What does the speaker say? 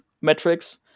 metrics